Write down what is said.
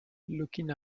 looking